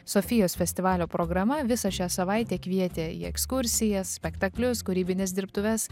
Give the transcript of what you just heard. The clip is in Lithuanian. sofijos festivalio programa visą šią savaitę kvietė į ekskursijas spektaklius kūrybines dirbtuves